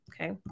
Okay